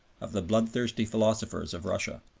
of the bloodthirsty philosophers of russia.